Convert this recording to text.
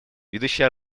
ведущая